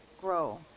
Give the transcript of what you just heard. grow